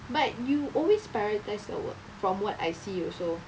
but you always prioritize your work from what I see also